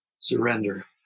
surrender